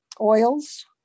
oils